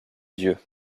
dieu